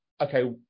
Okay